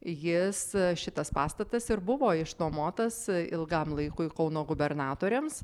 jis šitas pastatas ir buvo išnuomotas ilgam laikui kauno gubernatoriams